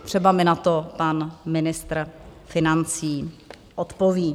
Třeba mi na to pan ministr financí odpoví.